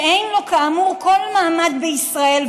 שאין לו כאמור כל מעמד בישראל,